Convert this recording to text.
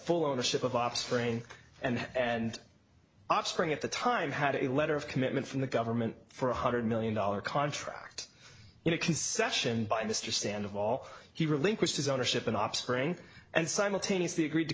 full ownership of offspring and and offspring at the time had a letter of commitment from the government for one hundred million dollars contract in a concession by mr stand of all he relinquished his ownership an offspring and simultaneously agreed to